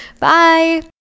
Bye